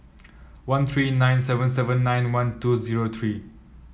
one three nine seven seven nine one two zero three